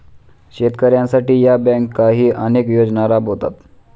शेतकऱ्यांसाठी या बँकाही अनेक योजना राबवतात